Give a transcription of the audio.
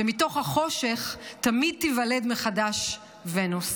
מתוך החושך תמיד תיוולד מחדש ונוס".